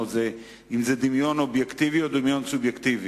אם זה דמיון אובייקטיבי או דמיון סובייקטיבי.